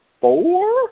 four